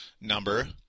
number